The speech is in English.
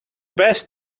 best